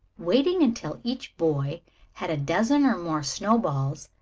waiting until each boy had a dozen or more snowballs,